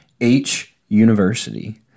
H-University